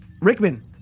Rickman